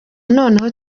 noneho